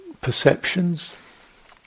perceptions